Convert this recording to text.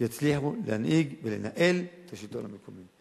יצליחו להנהיג ולנהל את השלטון המקומי?